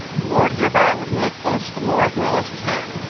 the lord hereby would make us the more acknowledge his hand,